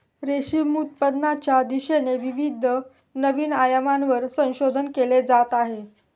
रेशीम उत्पादनाच्या दिशेने विविध नवीन आयामांवर संशोधन केले जात आहे